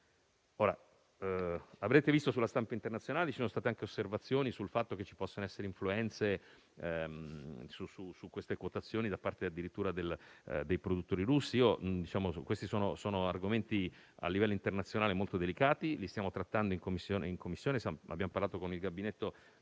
un'impennata. Sulla stampa internazionale sono state fatte anche osservazioni sul fatto che ci possano essere influenze su queste quotazioni da parte addirittura dei produttori russi. Questi sono argomenti molto delicati a livello internazionale. Li stiamo trattando in Commissione e abbiamo parlato con il gabinetto